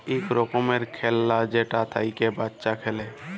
ইক রকমের খেল্লা যেটা থ্যাইকে বাচ্চা খেলে